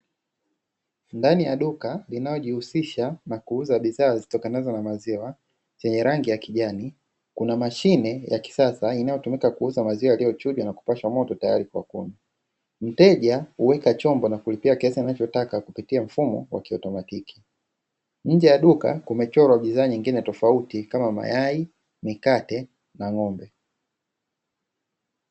Ndani ya duka linaojihusisha na kuuza bidhaa zitokanazo na maziwa yenye rangi ya kijani kuna mashine ya kisasa; inayotumika kuuza maziwa yaliyochujwa na kupashwa moto tayari kwa kunywa mteja huweka chombo na kulipia kiasi anachotaka kupitia mfumo wa ki automatiki, nje ya duka kumechorwa bidhaa nyingine tofauti kama; mayai ,mikate na ng'ombe.